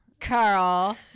Carl